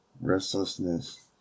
restlessness